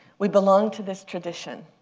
we belong to this tradition,